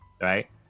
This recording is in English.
right